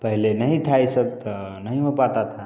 पहले नही था ये सब तो नहीं हो पाता था